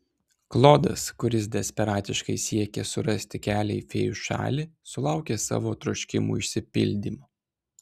klodas kuris desperatiškai siekė surasti kelią į fėjų šalį sulaukė savo troškimų išsipildymo